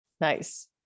Nice